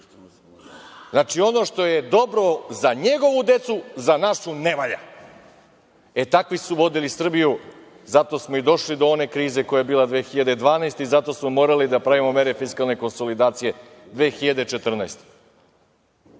Znači, ono što je dobro za njegovu decu, za našu ne valja. Takvi su vodili Srbiju. Zato smo i došli do one krize koja je bila 2012. godine i zato smo morali da pravimo mere fiskalne konsolidacije 2014.